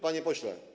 Panie Pośle!